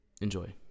enjoy